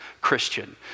Christian